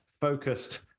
focused